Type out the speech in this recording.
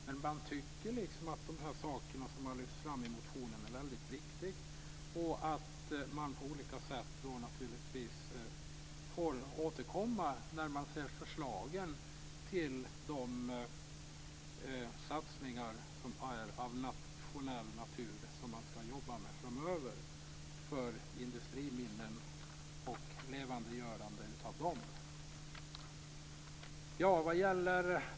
Men utskottet tycker att det som har lyfts fram i motionen är väldigt viktigt och återkommer när man ser förslagen till de satsningar av nationell natur som skall göras framöver för att levandegörande industriminnen.